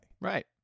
Right